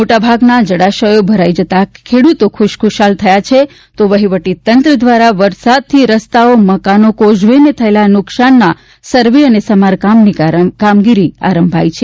મોટાભાગના જળાશયો ભરાઈ જતા ખેડૂતો ખુશખુશાલ થયા છે તો વહીવટી તંત્ર દ્વારા વરસાદથી રસ્તાઓ મકાનો કોઝવે ને થયેલા નુકસાનના સર્વે અને સમારકામની કામગીરી આરંભાઈ છે